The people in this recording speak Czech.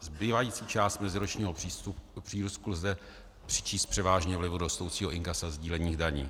Zbývající část meziročního přírůstku lze přičíst převážně vlivu rostoucího inkasa sdílených daní.